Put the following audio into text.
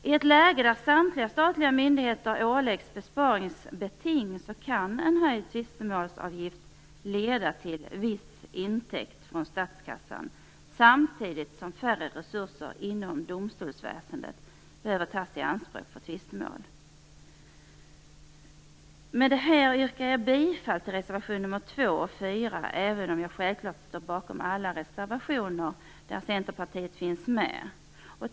I ett läge där samtliga statliga myndigheter åläggs besparingsbeting kan en höjd tvistemålsavgift leda till en viss intäkt för statskassan samtidigt som färre resurser inom domstolsväsendet behöver tas i anspråk för tvistemål. Med detta yrkar jag bifall till reservation nr 2 och 4, men jag står självfallet bakom alla reservationer som företrädare för Centerpartiet har undertecknat. Fru talman!